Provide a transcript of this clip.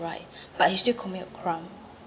right but he still commit a crime